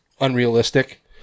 unrealistic